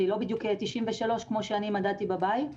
והיא לא בדיוק 93 כמו שאני מדדתי בבית.